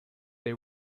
they